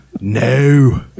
No